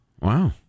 Wow